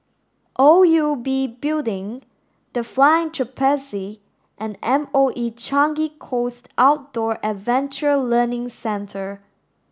O U B Building The Flying Trapeze and M O E Changi Coast Outdoor Adventure Learning Centre